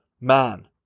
man